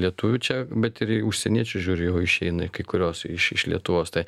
lietuvių čia bet ir į užsieniečius žiūri jau išeina kai kurios iš iš lietuvos tai